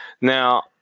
Now